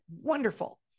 wonderful